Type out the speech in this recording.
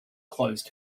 closed